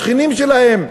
שכנים שלהם,